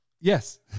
yes